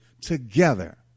together